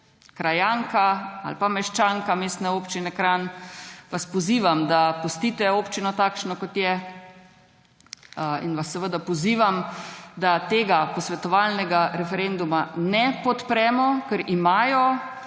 krajanka ali meščanka Mestne občine Kranj vas pozivam, da pustite občino takšno, kot je. In vas seveda pozivam, da tega posvetovalnega referenduma ne podpremo, ker imajo,